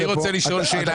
אני רוצה לשאול שאלה,